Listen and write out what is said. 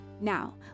Now